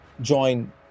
join